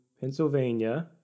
Pennsylvania